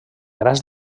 grans